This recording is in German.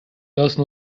lassen